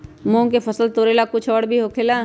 मूंग के फसल तोरेला कुछ और भी होखेला?